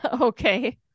Okay